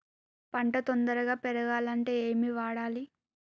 పంట తొందరగా పెరగాలంటే ఏమి వాడాలి?